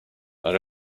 but